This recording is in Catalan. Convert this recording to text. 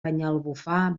banyalbufar